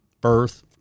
birth